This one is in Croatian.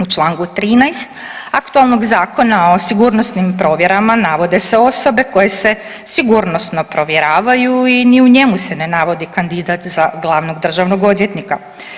U članku 13. aktualnog Zakona o sigurnosnim provjerama navode se osobe koje se sigurnosno provjeravaju i ni u njemu se ne navodi kandidat za glavnog državnog odvjetnika.